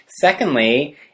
secondly